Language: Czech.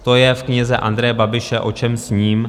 To je v knize Andreje Babiše O čem sním.